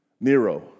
Nero